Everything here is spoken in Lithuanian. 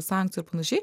sankcijųir panašiai